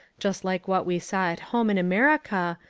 just like what we saw at home in america,